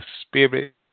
spirit